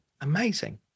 Amazing